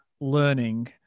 learning